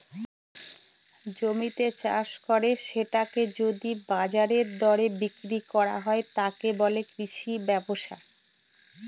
জমিতে চাষ করে সেটাকে যদি বাজারের দরে বিক্রি করা হয়, তাকে বলে কৃষি ব্যবসা